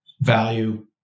value